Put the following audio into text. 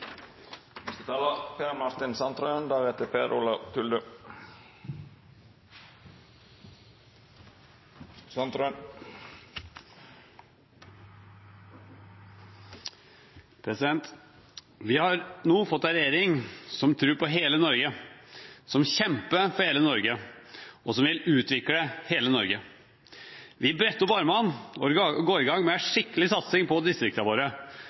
Vi har nå fått en regjering som tror på hele Norge, som kjemper for hele Norge, og som vil utvikle hele Norge. Vi bretter opp ermene og går i gang med en skikkelig satsing på distriktene våre.